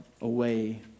away